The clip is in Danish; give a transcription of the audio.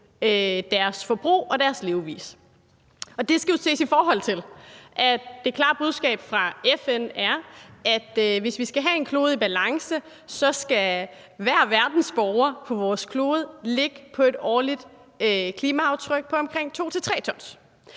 deres forbrug og deres levevis. Det skal jo ses i forhold til, at det klare budskab fra FN er, at hvis vi skal have en klode i balance, skal hver verdensborger på vores klode ligge på et årligt klimaaftryk på omkring 2-3 tons.